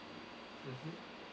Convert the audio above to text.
mmhmm